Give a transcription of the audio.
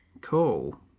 Cool